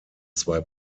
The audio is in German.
zwei